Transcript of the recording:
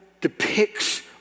depicts